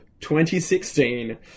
2016